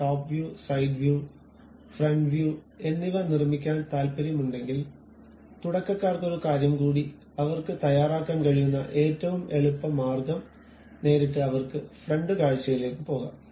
top view side view front view എന്നിവ നിർമ്മിക്കാൻ താൽപ്പര്യമുണ്ടെങ്കിൽ തുടക്കക്കാർക്ക് ഒരു കാര്യം കൂടി അവർക്ക് തയ്യാറാക്കാൻ കഴിയുന്ന ഏറ്റവും എളുപ്പ മാർഗ്ഗം നേരിട്ട് അവർക്ക് ഫ്രണ്ട് കാഴ്ചയിലേക്ക് പോകാം